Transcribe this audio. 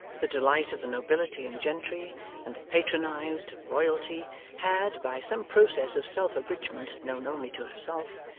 the delight of the nobility and gentry and the patronised of royalty had, by some process of self-abridgment known only to herself,